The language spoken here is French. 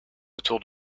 autour